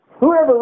Whoever